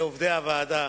לעובדי הוועדה,